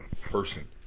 person